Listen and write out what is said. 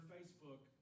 Facebook